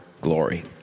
glory